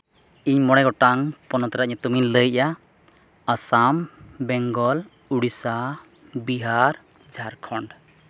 ᱤᱧ ᱢᱚᱬᱮ ᱜᱚᱴᱟᱝ ᱯᱚᱱᱚᱛ ᱨᱮᱭᱟᱜ ᱧᱩᱛᱩᱢᱤᱧ ᱞᱟᱹᱭᱮᱫᱼᱟ ᱟᱥᱟᱢ ᱵᱮᱝᱜᱚᱞ ᱩᱲᱤᱥᱥᱟ ᱵᱤᱦᱟᱨ ᱡᱷᱟᱲᱠᱷᱚᱸᱰ